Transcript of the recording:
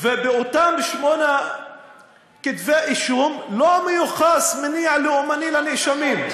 ובאותם שמונה כתבי אישום לא מיוחס מניע לאומני לנאשמים,